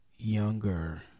younger